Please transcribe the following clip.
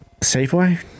Safeway